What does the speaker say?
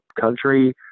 country